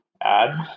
add